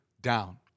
down